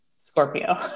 Scorpio